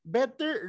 Better